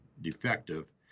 defective